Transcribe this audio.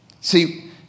See